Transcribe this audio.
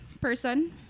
person